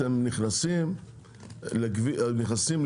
אתם נכנסים למתחם,